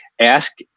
Ask